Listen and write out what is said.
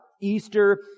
Easter